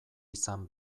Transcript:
izan